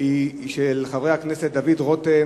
היא של חברי הכנסת דוד רותם,